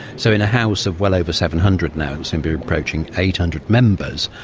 so in a house of well over seven hundred now, and soon be approaching eight hundred members,